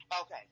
Okay